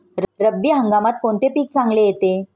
रब्बी हंगामात कोणते पीक चांगले येते?